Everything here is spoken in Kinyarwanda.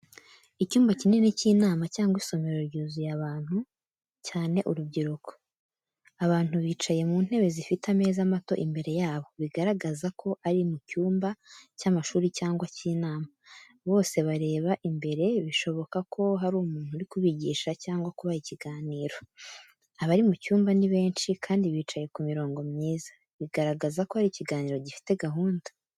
Icyumba kinini cy’inama cyangwa isomero ryuzuye abantu, cyane urubyiruko. Abantu bicaye mu ntebe zifite ameza mato imbere yabo, bigaragaza ko ari mu cyumba cy’amashuri cyangwa cy’inama. Bose bareba imbere, bishoboka ko hari umuntu uri kubigisha cyangwa kubaha ikiganiro. Abari mu cyumba ni benshi kandi bicaye mu mirongo myiza, bigaragaza ko ari ikiganiro gifite gahunda.